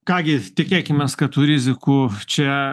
ką gi tikėkimės kad tų rizikų čia